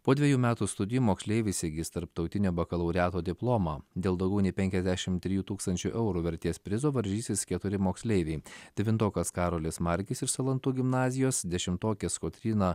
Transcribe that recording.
po dvejų metų studijų moksleivis įgis tarptautinio bakalaureato diplomą dėl daugiau nei penkiasdešim trijų tūkstančių eurų vertės prizo varžysis keturi moksleiviai devintokas karolis margis iš salantų gimnazijos dešimtokės kotryna